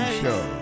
Show